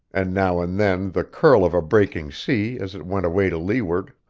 and now and then the curl of a breaking sea as it went away to leeward.